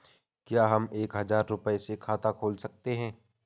क्या हम एक हजार रुपये से खाता खोल सकते हैं?